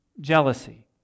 jealousy